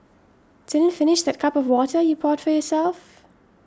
didn't finish that cup of water you poured yourself